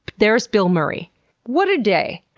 there's bill murray! what a day!